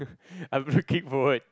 I'm looking forward